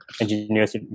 engineers